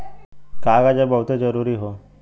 कागज अब बहुते जरुरी हौ